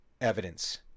evidence